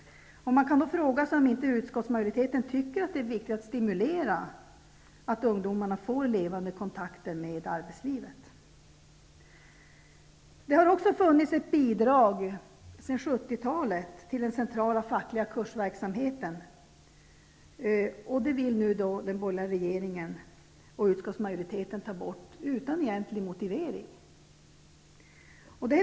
Man kan fråga sig om inte utskottsmajoriteten tycker att det är viktigt att stimulera till att ungdomarna får levande kontakter med arbetslivet. Sedan 70-talet har det funnits ett bidrag till den centrala fackliga kursverksamheten. Det vill nu den borgerliga regeringen och utskottsmajoriteten ta bort utan egentlig motivering.